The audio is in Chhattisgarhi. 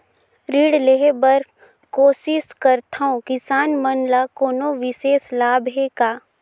ऋण लेहे बर कोशिश करथवं, किसान मन ल कोनो विशेष लाभ हे का?